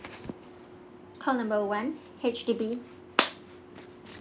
call number one H_D_B